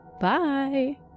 Bye